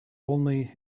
only